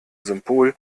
symbol